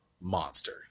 monster